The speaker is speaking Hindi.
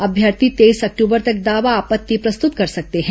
अभ्यर्थी तेईस अक्टूबर तक दावा आपत्ति प्रस्तुत कर सकते हैं